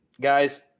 Guys